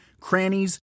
crannies